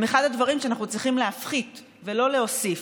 מהדברים שאנחנו צריכים להפחית ולא להוסיף.